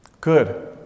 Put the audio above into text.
Good